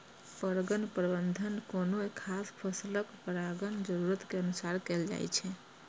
परगण प्रबंधन कोनो खास फसलक परागण जरूरत के अनुसार कैल जाइ छै